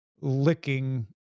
licking